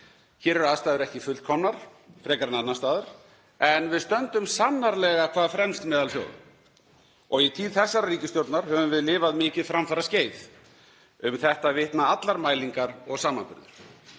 Hér eru aðstæður ekki fullkomnar frekar en annars staðar en við stöndum sannarlega hvað fremst meðal þjóða og í tíð þessarar ríkisstjórnar höfum við lifað mikið framfaraskeið. Um þetta vitna allar mælingar og samanburður.